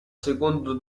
secondo